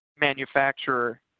manufacturer